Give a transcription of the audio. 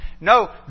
No